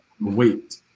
wait